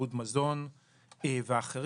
עיבוד מזון ואחרים,